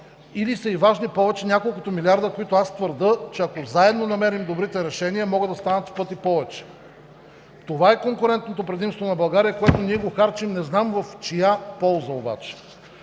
или са ѝ важни повече няколкото милиарда, за които аз твърдя, че ако заедно намерим добрите решения, могат да станат в пъти повече. Това е конкурентното предимство на България, което ние харчим не знам в чия полза обаче.